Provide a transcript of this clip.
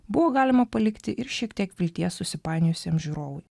buvo galima palikti ir šiek tiek vilties susipainiojusiem žiūrovui